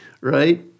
right